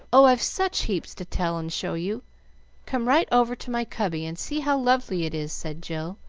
oh, i've such heaps to tell and show you come right over to my cubby and see how lovely it is, said jill,